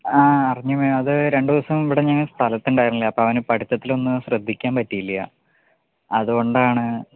ആ അറിഞ്ഞു മാം അത് രണ്ട് ദിവസം ഇവിടെ ഞങ്ങൾ സ്ഥലത്തുണ്ടായിരുന്നില്ല അപ്പോൾ അവന് പഠിത്തത്തിലൊന്ന് ശ്രദ്ധിക്കാൻ പറ്റിയില്ല അത് കൊണ്ടാണ്